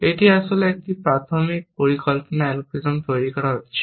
এটি আসলে একটি প্রাথমিক পরিকল্পনা অ্যালগরিদম তৈরি করা হয়েছিল